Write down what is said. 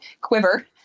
quiver